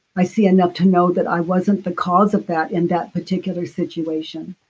i see enough to know that i wasn't the cause of that in that particular situation.